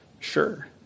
Sure